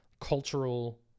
cultural